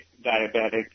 diabetic